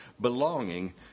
belonging